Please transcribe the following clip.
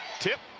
tip